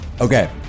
Okay